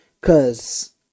Cause